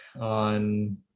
on